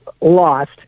lost